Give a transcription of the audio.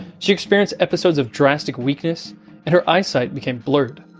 she experienced episodes of drastic weakness and her eyesight became blurred.